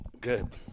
Good